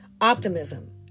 Optimism